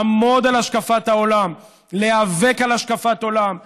לעמוד על השקפת העולם, להיאבק על השקפת עולם,